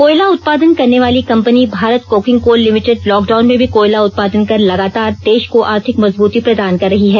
कोयला उत्पादन करने वाली company Bharat coking coal limited lockdown में भी कोयला उत्पादन कर लगातार देश को आर्थिक मजबूती प्रदान कर रही है